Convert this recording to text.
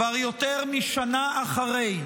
כבר יותר משנה אחרי,